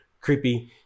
creepy